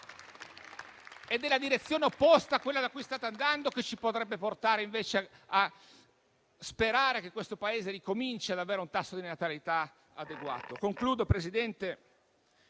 È la direzione opposta a quella verso cui state andando, piuttosto, che ci potrebbe portare a sperare che questo Paese ricominci ad avere un tasso di natalità adeguato.